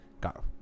got